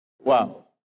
Wow